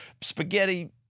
spaghetti